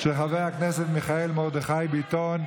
של חבר הכנסת מיכאל מרדכי ביטון.